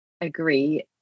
agree